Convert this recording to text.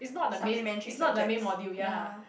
supplementary subjects ya